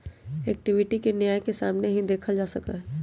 equity के न्याय के सामने ही देखल जा सका हई